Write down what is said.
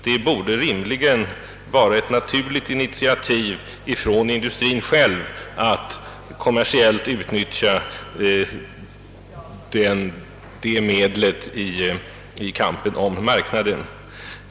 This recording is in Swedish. Det borde rimligtvis vara ett naturligt initiativ från industrin själv att kommersiellt utnyttja detta medel i kampen om marknaderna.